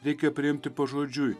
reikia priimti pažodžiui